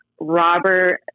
Robert